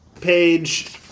page